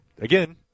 again